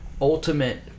ultimate